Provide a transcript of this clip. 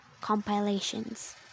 compilations